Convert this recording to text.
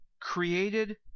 created